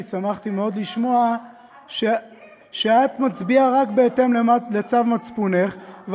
ואני שמחתי מאוד לשמוע שאת מצביעה רק בהתאם לצו מצפונך,